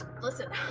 Listen